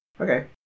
Okay